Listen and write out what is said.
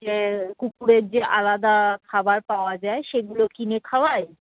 যে কুকুরের যে আলাদা খাবার পাওয়া যায় সেগুলো কিনে খাওয়াই